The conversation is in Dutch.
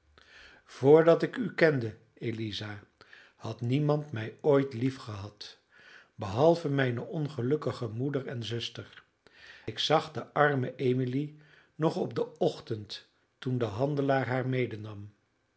vrdat ik u kende eliza had niemand mij ooit liefgehad behalve mijne ongelukkige moeder en zuster ik zag de arme emily nog op den ochtend toen de handelaar haar medenam